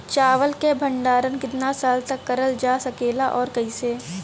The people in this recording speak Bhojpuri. चावल क भण्डारण कितना साल तक करल जा सकेला और कइसे?